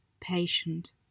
patient